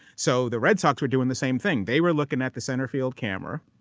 so, the red sox were doing the same thing. they were looking at the center field camera.